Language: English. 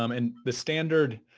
um and the standard